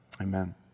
Amen